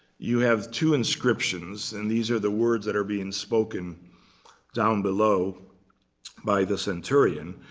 you have two inscriptions. and these are the words that are being spoken down below by the centurion.